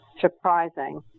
surprising